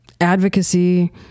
advocacy